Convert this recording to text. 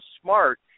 smart